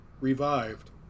revived